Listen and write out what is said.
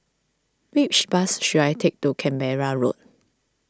which bus should I take to Canberra Road